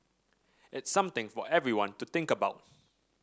it's something for everyone to think about